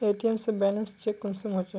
ATM से balance check कुंसम होचे?